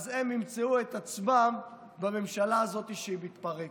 אז הם ימצאו את עצמם בממשלה הזאת כשהיא מתפרקת.